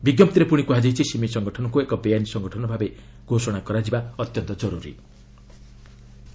ବିଞ୍ଜପ୍ତିରେ ପୁଣି କୁହାଯାଇଛି ସିମି ସଂଗଠନକୁ ଏକ ବେଆଇନ୍ ସଂଗଠନ ଭାବେ ଘୋଷଣା କରିବା ଅତ୍ୟନ୍ତ ଜର୍ରରି